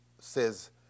says